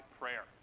prayer